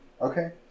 Okay